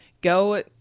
go